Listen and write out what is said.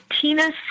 tina